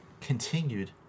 continued